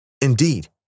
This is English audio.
Indeed